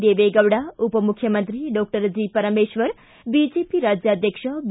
ದೇವೆಗೌಡ ಉಪ ಮುಖ್ಯಮಂತ್ರಿ doctor G Parameshwar BJP ರಾಜಾಧ್ಯಕ್ಷ ಬಿ